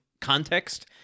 context